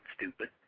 stupid